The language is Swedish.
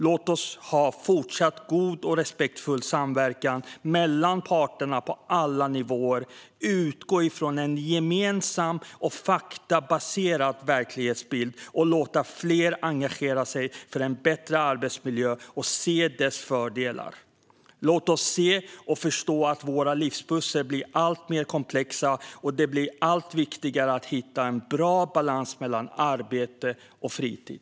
Låt oss ha fortsatt god och respektfull samverkan mellan parterna på alla nivåer, utgå från en gemensam och faktabaserad verklighetsbild och låta fler engagera sig för en bättre arbetsmiljö och se dess fördelar. Låt oss se och förstå att våra livspussel blir alltmer komplexa och att det blir allt viktigare att hitta en bra balans mellan arbete och fritid.